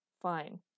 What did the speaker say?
Fine